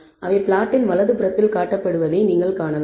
அவை பிளாட்டின் வலது புறத்தில் காட்டப்பட்டுள்ளதை நீங்கள் காணலாம்